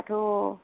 दाथ'